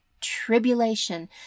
tribulation